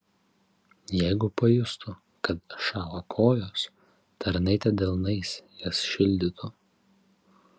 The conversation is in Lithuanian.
jeigu pajustų kad šąla kojos tarnaitė delnais jas šildytų